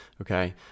okay